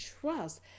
trust